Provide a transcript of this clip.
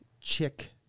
Chick